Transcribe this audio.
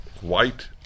White